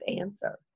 answer